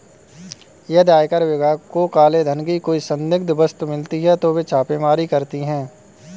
यदि आयकर विभाग को काले धन की कोई संदिग्ध वस्तु मिलती है तो वे छापेमारी करते हैं